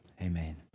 Amen